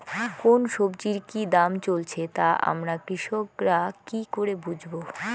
কোন সব্জির কি দাম চলছে তা আমরা কৃষক রা কি করে বুঝবো?